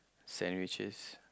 sandwiches